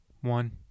one